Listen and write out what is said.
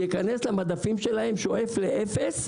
ייכנס למדפים שלהן שואף לאפס.